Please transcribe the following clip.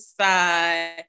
side